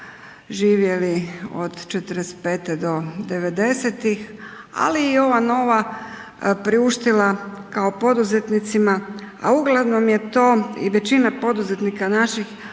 živjeli od '45. do devedesetih, ali i ova nova priuštila kao poduzetnicima, a uglavnom je to i većina poduzetnika naših